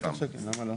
למה לא?